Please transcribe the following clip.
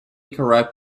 correct